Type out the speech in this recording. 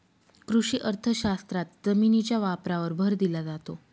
कृषी अर्थशास्त्रात जमिनीच्या वापरावर भर दिला जातो